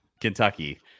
Kentucky